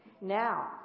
now